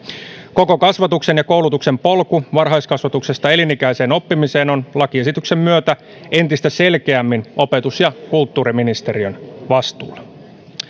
koko kasvatuksen ja koulutuksen polku varhaiskasvatuksesta elinikäiseen oppimiseen on lakiesityksen myötä entistä selkeämmin opetus ja kulttuuriministeriön vastuulla